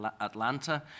Atlanta